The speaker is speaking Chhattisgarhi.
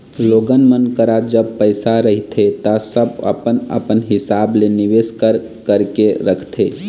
लोगन मन करा जब पइसा रहिथे ता सब अपन अपन हिसाब ले निवेस कर करके रखथे